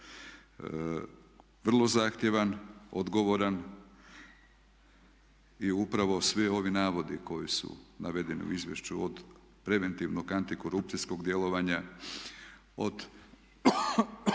vrlo zahtjevan, odgovoran i upravo svi ovi navodi koji su navedeni u izvješću od preventivnog antikorupcijskog djelovanja, od